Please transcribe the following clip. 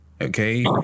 Okay